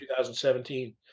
2017